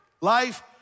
Life